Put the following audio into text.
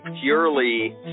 purely